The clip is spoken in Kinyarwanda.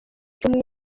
cyumweru